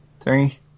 three